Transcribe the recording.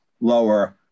lower